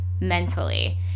mentally